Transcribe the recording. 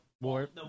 War